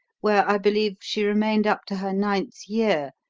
where, i believe, she remained up to her ninth year,